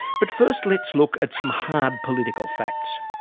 but first let's look at some hard political facts.